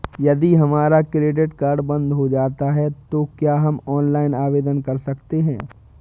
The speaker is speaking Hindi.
यदि हमारा क्रेडिट कार्ड बंद हो जाता है तो क्या हम ऑनलाइन आवेदन कर सकते हैं?